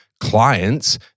clients